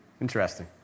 Interesting